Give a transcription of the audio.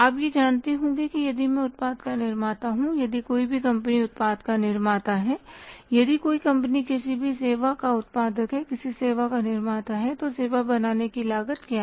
आप यह जानते होंगे कि यदि मैं उत्पाद का निर्माता हूं यदि कोई भी कंपनी उत्पाद का निर्माता है यदि कोई कंपनी किसी भी सेवा का उत्पादक है किसी सेवा का निर्माता है तो सेवा बनाने की लागत क्या है